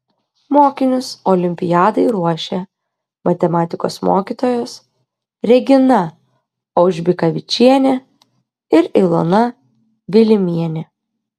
mokinius olimpiadai ruošė matematikos mokytojos regina aužbikavičienė ir ilona vilimienė